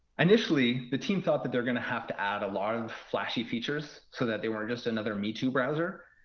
initially the team thought that they were going to have to add a lot of flashy features so that they weren't just another me-too browser.